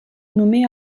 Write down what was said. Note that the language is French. nommé